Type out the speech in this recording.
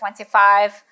25